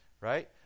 right